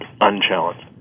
unchallenged